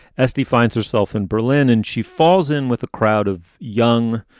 s t. finds herself in berlin and she falls in with a crowd of young,